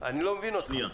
אני לא מבין אותך.